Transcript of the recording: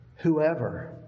Whoever